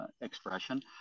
expression